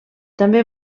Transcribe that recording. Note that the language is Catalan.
també